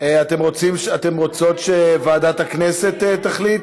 אתן רוצות שוועדת הכנסת תחליט?